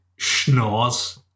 schnoz